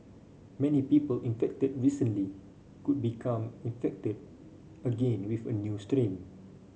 many people infected recently could become infected again with a new strain